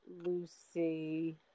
Lucy